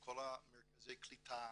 כל מרכזי הקליטה,